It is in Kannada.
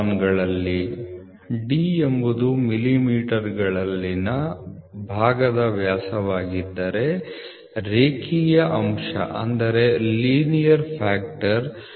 001 ಡಿ D ಎಂಬುದು ಮಿಲಿಮೀಟರ್ಗಳಲ್ಲಿನ ಭಾಗದ ವ್ಯಾಸವಾಗಿದ್ದರೆ ರೇಖೀಯ ಅಂಶವು 0